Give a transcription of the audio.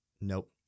Nope